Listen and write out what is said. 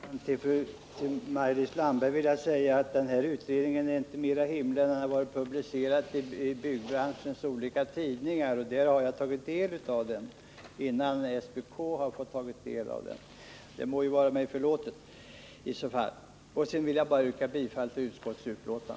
Fru talman! Till Maj-Lis Landberg vill jag säga att denna utredning inte är mera hemlig än att den har varit publicerad i byggbranschens olika tidningar. Där har jag studerat den, innan SPK tagit del av den. Det må i så fall vara mig förlåtet. Sedan vill jag bara yrka bifall till utskottets hemställan.